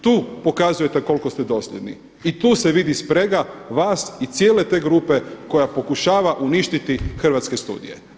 Tu pokazujete koliko ste dosljedni i tu se vidi sprega vas i cijele te grupe koja pokušava uništiti Hrvatske studije.